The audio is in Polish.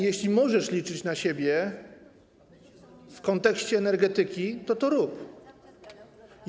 Jeśli możesz liczyć na siebie w kontekście energetyki, to rób to.